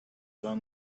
found